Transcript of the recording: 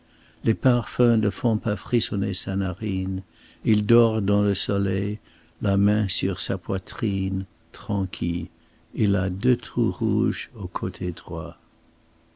les parfums ne font pas frissonner sa narine il dort dans le soleil la main sur sa poitrine tranquille il a deux trous rouges au côté droit